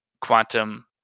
quantum